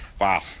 wow